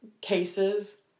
cases